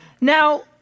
Now